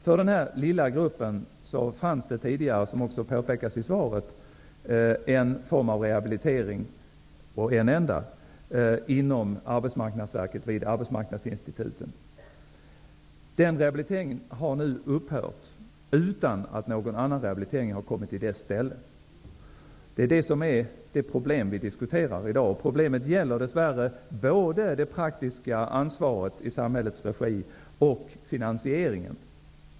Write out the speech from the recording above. För denna lilla grupp fanns det tidigare, vilket också påpekas i svaret, en enda form av rehabilitering inom Arbetsmarknadsverket vid arbetsmarknadsinstituten. Denna rehabilitering har nu upphört utan att någon annan rehabilitering har kommit i dess ställe. Det är detta problem som vi diskuterar i dag. Problemet gäller dess värre både det praktiska ansvaret i samhällets regi och finansieringen.